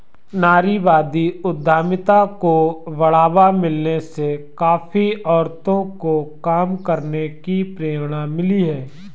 नारीवादी उद्यमिता को बढ़ावा मिलने से काफी औरतों को काम करने की प्रेरणा मिली है